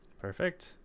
perfect